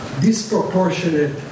disproportionate